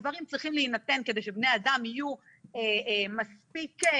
הדברים צריכים להינתן כדי שבני-אדם יהיו מספיק עצמאים.